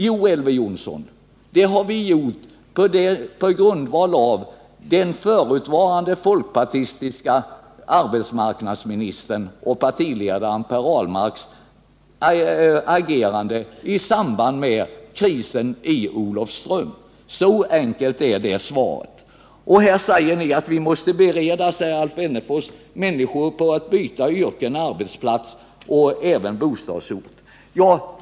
Jo, Elver Jonsson, det har vi gjort på grundval av den förutvarande folkpartistiske arbetsmarknadsministern och partiledaren Per Ahlmarks agerande i samband med krisen i Olofström. Så enkelt är svaret. Vi måste bereda människorna på att de får byta yrke och arbetsplats och även bostadsort, säger Alf Wennerfors.